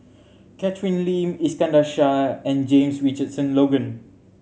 Catherine Lim Iskandar Shah and James Richardson Logan